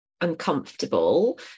uncomfortable